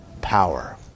power